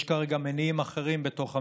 יש כרגע מניעים אחרים בתוך הממשלה.